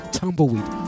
tumbleweed